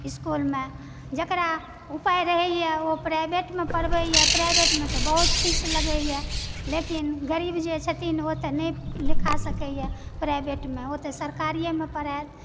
स्कूलमे जेकरा उपाय रहेए ओऽ प्राइवेटमे पढ़बैए प्राइवेटमे तऽ बहुत फीस लगेए लेकिन गरीब जे छथिन ओऽ तऽ नहि लिखा सकयए प्राइवेटमे ओ तऽ सरकारिएमे पढ़त